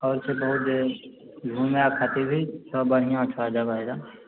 आओर छै बहुत जे घूमे खातिर भी बढ़िआँ छऽ जगह इधर